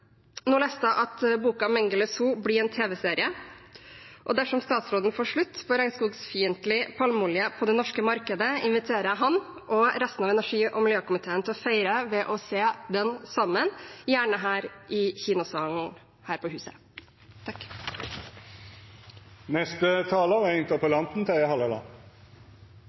leste at boka «Mengele Zoo» blir tv-serie. Dersom statsråden får slutt på regnskogfiendtlig palmeolje på det norske markedet, inviterer jeg ham og resten av energi- og miljøkomiteen til å feire det ved å se den sammen, gjerne i kinosalen her på huset. Jeg vil også takke for en god debatt. Jeg opplever jo at det er